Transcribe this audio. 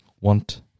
want